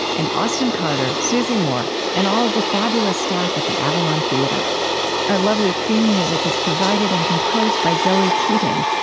and austin carter, suzy moore, and all of the fabulous staff at the avalon theater our lovely theme music is provided and composed by zoe keating.